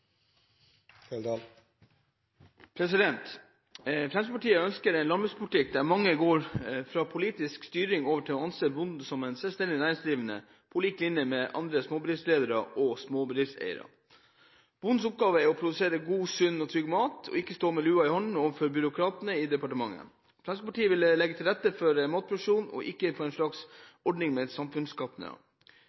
Fremskrittspartiet ønsker en landbrukspolitikk der man går fra politisk styring over til å anse bonden som en selvstendig næringsdrivende på lik linje med andre småbedriftsledere og småbedriftseiere. Bondens oppgave er å produsere god, sunn og trygg mat og ikke stå med lua i hånden overfor byråkratene i departementet. Fremskrittspartiet vil legge til rette for matproduksjon og ikke for en ordning med en slags samfunnsgartnere. Norske bønder må få et